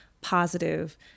positive